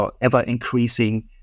ever-increasing